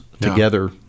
together